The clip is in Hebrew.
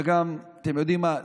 וגם, אתם יודעים מה?